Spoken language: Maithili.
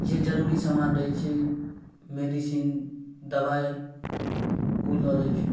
जे जरूरी समान रहै छै मेडिसिन दवाइ ओ लऽ लै छी